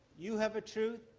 you have a truth.